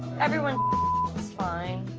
everyone it's fine.